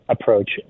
approach